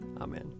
Amen